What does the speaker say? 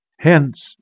hence